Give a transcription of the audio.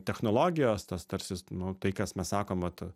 technologijos tos tarsi nu tai kas mes sakom vat